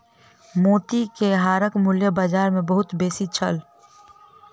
मोती के हारक मूल्य बाजार मे बहुत बेसी छल